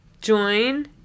join